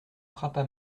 frappa